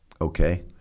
okay